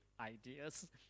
ideas